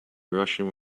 russian